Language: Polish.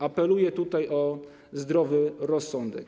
Apeluję tutaj o zdrowy rozsądek.